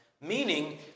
meaning